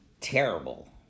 terrible